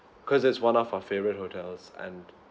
because it's one of our favourite hotels and